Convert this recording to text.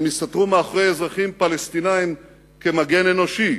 הם הסתתרו מאחורי אזרחים פלסטינים כמגן אנושי,